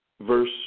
verse